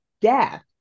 death